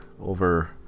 over